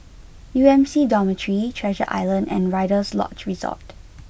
U M C Dormitory Treasure Island and Rider's Lodge Resort